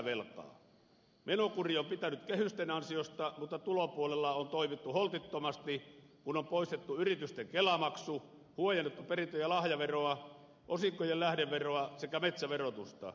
menokuri on pitänyt kehysten ansiosta mutta tulopuolella on toimittu holtittomasti kun on poistettu yritysten kelamaksu huojennettu perintö ja lahjaveroa osinkojen lähdeveroa sekä metsäverotusta